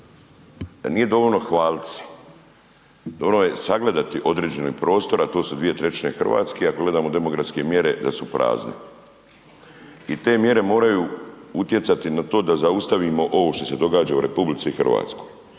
nije dovoljno hvaliti se, …/nerazumljivo/… sagledati određeni prostor, a to su 2/3 Hrvatske ako gledamo demografske mjere da su prazni. I te mjere moraju utjecati na to da zaustavimo ovo što se događa u RH. Ja samo